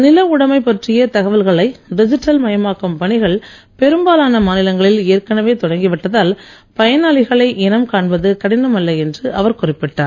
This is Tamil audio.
நில உடமை பற்றிய தகவல்களை டிஜிட்டல் மயமாக்கும் பணிகள் பெரும்பாலான மாநிலங்களில் ஏற்கனவே தொடங்கி விட்டதால் பயனாளிகளை இனம் காண்பது கடினம் அல்ல என்று அவர் குறிப்பிட்டார்